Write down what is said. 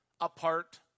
apart